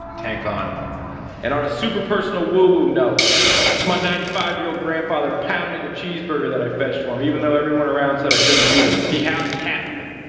tank on. and on a super personal woo woo note. this is my ninety five year old grandfather pounding a cheese burger that i fetched for him. even though everyone around said i shouldn't feed him. he housed half of it.